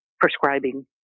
prescribing